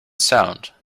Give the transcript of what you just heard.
sound